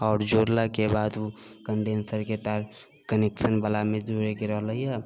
आओर जोड़लाके बाद कन्डेन्शरकेके तार कनेक्शनवलामे जोड़ैके रहलै हँ